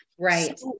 Right